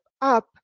up